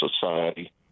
society